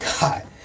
God